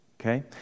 Okay